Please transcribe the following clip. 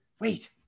wait